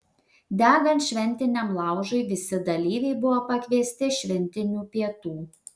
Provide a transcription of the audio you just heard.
degant šventiniam laužui visi dalyviai buvo pakviesti šventinių pietų